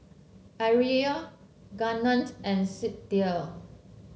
Ariel Garnett and Sydell